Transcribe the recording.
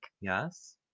Yes